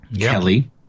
Kelly